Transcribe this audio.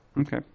Okay